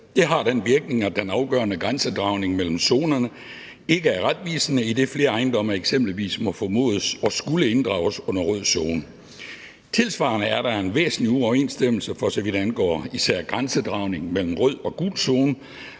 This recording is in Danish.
Det har den virkning, at den afgørende grænsedragning mellem zonerne ikke er retvisende, idet flere ejendomme eksempelvis må formodes at skulle inddrages under rød zone. Tilsvarende er der en væsentlig uoverensstemmelse, for så vidt angår især grænsedragningen mellem rød og gul zone,